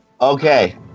okay